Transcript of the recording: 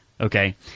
Okay